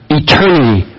eternity